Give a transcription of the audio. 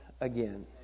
again